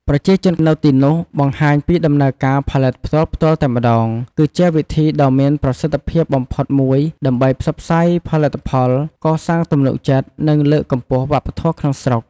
ប្រជាជននៅទីនោះបង្ហាញពីដំណើរការផលិតផ្ទាល់ៗតែម្ដង គឺជាវិធីដ៏មានប្រសិទ្ធភាពបំផុតមួយដើម្បីផ្សព្វផ្សាយផលិតផល កសាងទំនុកចិត្ត និងលើកកម្ពស់វប្បធម៌ក្នុងស្រុក។